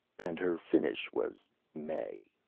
and her finish was mae.